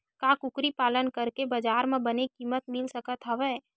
का कुकरी पालन करके बजार म बने किमत मिल सकत हवय?